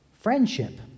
friendship